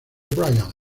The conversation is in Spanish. bryan